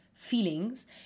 Feelings